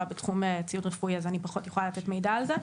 בתחום ציוד רפואי אז אני פחות יכולה לתת מידע על זה.